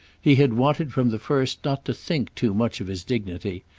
he had wanted from the first not to think too much of his dignity,